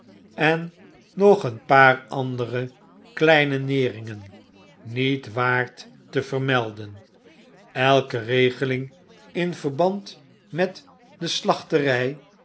en nog een paar andere kleine neringen niet waard te vermelden elke regeling in verband met de slachtetij